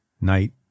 night